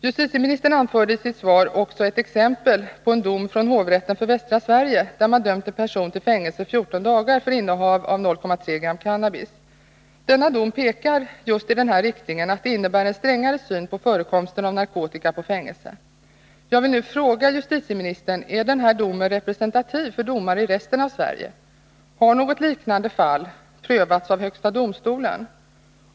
Justitieministern anförde i sitt svar ett exempel på en dom från hovrätten för Västra Sverige som gällde en person som dömts till fängelse i 14 dagar för innehav av 0,3 g cannabis. Denna dom pekar just i den riktningen att lagstiftningen innebär en strängare syn på förekomsten av narkotika på fängelserna. Jag vill nu fråga justitieministern: Är denna dom representativ för domar som fälls i övriga delar av Sverige? Har något liknande fall prövats av högsta domstolen?